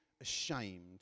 ashamed